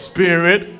Spirit